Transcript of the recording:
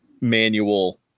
manual